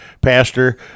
Pastor